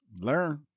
learn